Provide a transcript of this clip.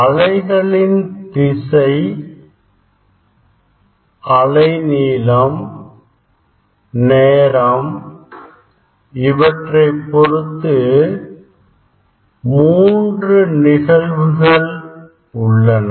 அலைகளின் திசை அலைநீளம் நேரம் இவற்றை பொறுத்து மூன்று நிகழ்வுகள் உள்ளன